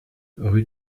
rue